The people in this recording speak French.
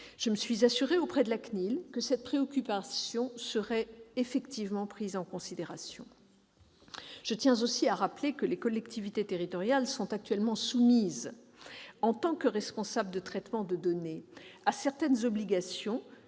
je me suis assurée auprès de la CNIL que cette préoccupation serait effectivement prise en considération. Je tiens aussi à rappeler que les collectivités territoriales sont actuellement soumises, en tant que responsables de traitement de données, à certaines obligations,